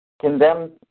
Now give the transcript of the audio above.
condemn